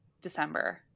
December